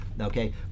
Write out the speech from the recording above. okay